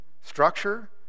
structure